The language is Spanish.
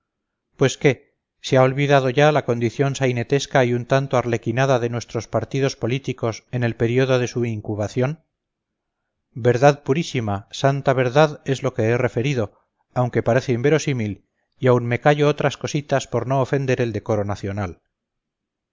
pues qué se ha olvidado ya la condición sainetesca y un tanto arlequinada de nuestros partidos políticos en el período de su incubación verdad purísima santa verdad es lo que he referido aunque parece inverosímil y aún me callo otras cositas por no ofender el decoro nacional